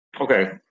okay